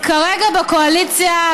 כרגע בקואליציה,